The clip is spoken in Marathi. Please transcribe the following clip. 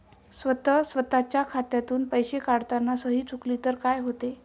स्वतः स्वतःच्या खात्यातून पैसे काढताना सही चुकली तर काय होते?